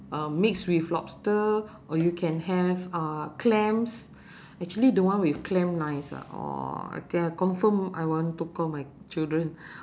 uh mix with lobster or you can have uh clams actually don't want with clams nice ah !wah! okay I confirm I want to call my children